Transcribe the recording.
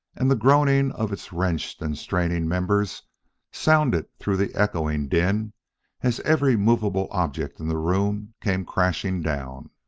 and the groaning of its wrenched and straining members sounded through the echoing din as every movable object in the room came crashing down.